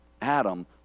Adam